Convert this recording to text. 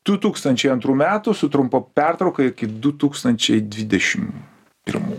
du tūkstančiai antrų metų su trumpa pertrauka iki du tūkstančiai dvidešim pirmų